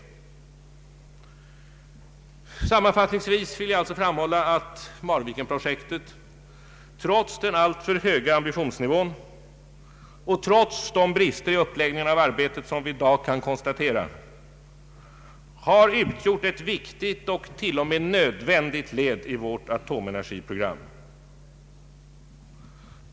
Jag vill alltså sammanfattningsvis framhålla att Marvikenprojektet — trots den alltför höga ambitionsnivån och trots de brister i uppläggningen av arbetet som vi i dag kan konstatera — har utgjort ett viktigt och till och med ett nödvändigt led i vårt atomenergiprogram.